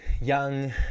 young